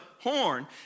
horn